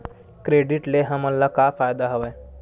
Credit ले हमन ला का फ़ायदा हवय?